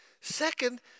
Second